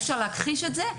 אי אפשר להכחיש את זה.